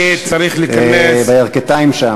בירכתיים שם,